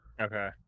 Okay